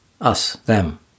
Us-them